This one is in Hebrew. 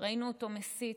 ראינו אותו מסית,